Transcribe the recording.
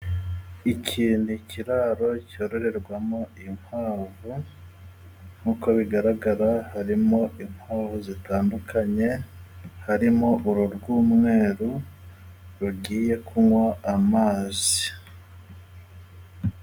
Iki ni ikiraro cyororerwamo inkwavu, nkuko bigaragara harimo inkwavu zitandukanye, harimo uru rw'umweru rugiye kunywa amazi.